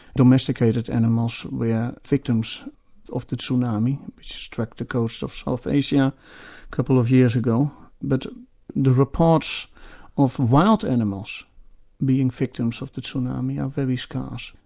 domesticated animals were victims of the tsunami which struck the coast of south asia a couple of years ago, but the reports of wild animals being victims of the tsunami are very scarce.